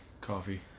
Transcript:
Coffee